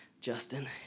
Justin